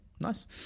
Nice